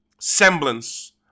semblance